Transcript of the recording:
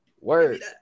Word